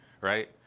right